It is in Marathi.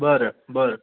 बरं बरं